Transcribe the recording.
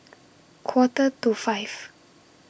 Quarter to five